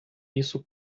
isso